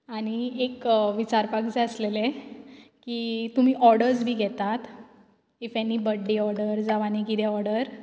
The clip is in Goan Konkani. आनी एक विचारपाक जाय आसलेलें की तुमी ऑर्डर्स बी घेतात इफ एनी बड्डे ऑर्डर जावं आनी कितें ऑर्डर